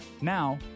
Now